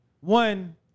one